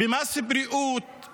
במס בריאות,